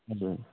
हजुर